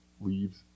leaves